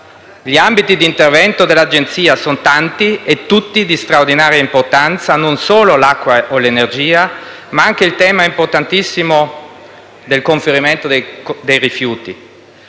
Gli ambiti di intervento dell'Agenzia sono tanti e tutti di straordinaria importanza: non solo l'acqua o l'energia, ma anche il tema importantissimo del conferimento dei rifiuti.